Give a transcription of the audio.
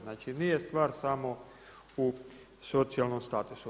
Znači nije stvar samo u socijalnom statusu.